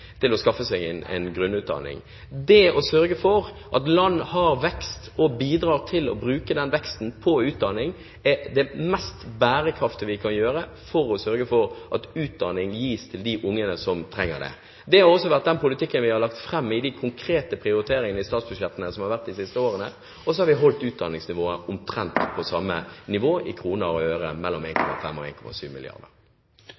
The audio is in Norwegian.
er det mest bærekraftige vi kan bidra med for å sørge for at utdanning gis til de ungene som trenger det. Det har også vært den politikken vi har lagt fram i de konkrete prioriteringene i statsbudsjettene de siste årene, og vi har holdt bistandsnivået når det gjelder utdanning omtrent på samme nivå i kroner og øre, på mellom